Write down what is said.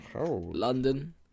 London